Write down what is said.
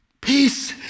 Peace